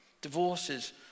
Divorces